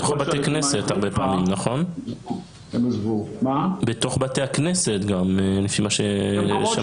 בתוך בתי הכנסת גם, לפי מה ששמענו.